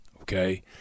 Okay